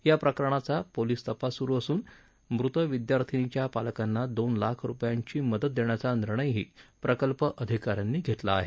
या प्रकरणाचा पोलीस तपास सुरू असून मृत विद्यार्थिनीच्या पालकांना दोन लाख रुपयांची मदत देण्याचा निर्णयही प्रकल्प अधिकाऱ्यांनी घेतला आहे